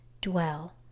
dwell